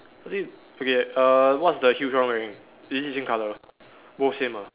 I think okay uh what's the huge one wearing is it the same colour both same ah